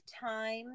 time